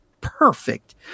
perfect